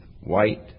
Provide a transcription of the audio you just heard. white